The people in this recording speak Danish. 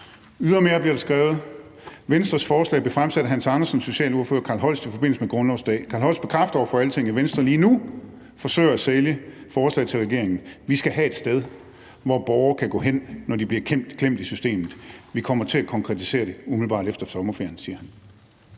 Ydermere bliver der skrevet: »Venstres forslag blev fremsat af Hans Andersen og socialordfører Carl Holst i forbindelse med grundlovsdag. Carl Holst bekræfter over for Altinget, at Venstre lige nu forsøger at sælge forslaget til resten af regeringen. »Vi skal have et sted, hvor borgere kan gå hen, når de bliver klemt i systemet. Vi kommer til at konkretisere det umiddelbart efter sommerferien,« siger han.«